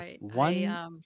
Right